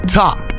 top